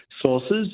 sources